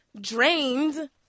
drained